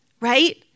right